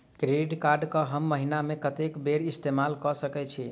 Credit card कऽ हम महीना मे कत्तेक बेर इस्तेमाल कऽ सकय छी?